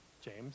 James